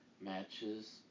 matches